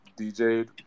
DJed